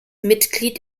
mitglied